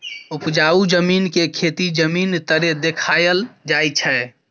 उपजाउ जमीन के खेती जमीन तरे देखाइल जाइ छइ